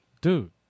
dude